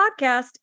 Podcast